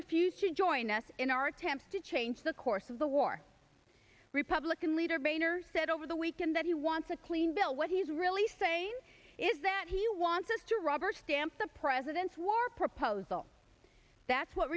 refused to join us in our attempts to change the course of the war republican leader boehner said over the weekend that he wants a clean bill what he's really saying is that he wants us to rubber stamp the president's war proposal that's what